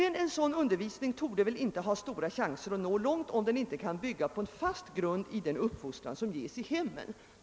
En sådan undervisning torde inte ha stora chanser att nå långt, om den inte kan bygga på en fast grund i den uppfostran som ges i hemmen.